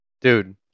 Dude